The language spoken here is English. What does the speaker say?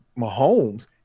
Mahomes